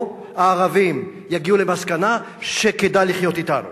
הערבים יגיעו למסקנה שכדאי לחיות אתנו.